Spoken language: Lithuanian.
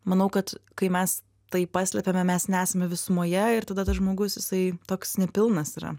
manau kad kai mes tai paslepiame mes nesame visumoje ir tada tas žmogus jisai toks nepilnas yra